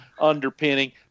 underpinning